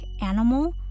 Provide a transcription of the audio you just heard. animal